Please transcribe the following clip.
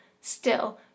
Still